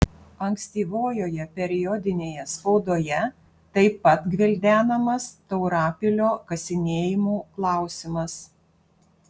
ankstyvojoje periodinėje spaudoje taip pat gvildenamas taurapilio kasinėjimų klausimas